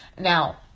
now